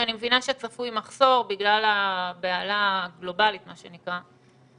כי אני מבינה שצפוי מחסור בגלל הבהלה הגלובלית מה שנקרא.